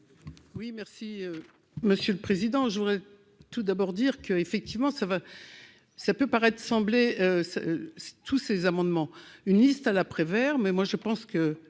Oui, merci Monsieur le Président, je voudrais tout d'abord dire que effectivement ça va, ça peut paraître semblait se. Tous ces amendements une liste à la Prévert, mais moi je pense que